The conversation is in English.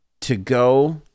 to-go